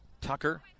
Tucker